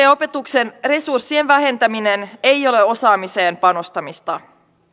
ja opetuksen resurssien vähentäminen ei ole osaamiseen panostamista